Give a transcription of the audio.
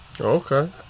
Okay